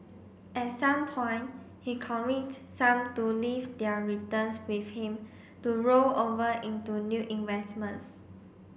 at some point he convinced some to leave their returns with him to roll over into new investments